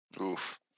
Oof